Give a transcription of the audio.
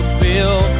feel